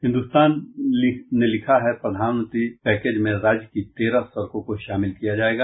हिन्दुस्तान ने लिखता है प्रधानमंत्री पैकेज में राज्य की तेरह सड़कों को शामिल किया जायेगा